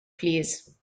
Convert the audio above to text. plîs